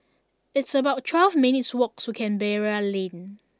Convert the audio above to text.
it's about twelve minutes' walk to Canberra Lane